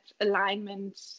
alignment